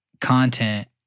content